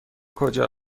کجا